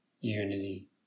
unity